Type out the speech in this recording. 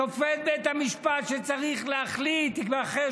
שופט בית המשפט שצריך להחליט ייבחר,